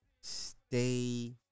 Stay